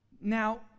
Now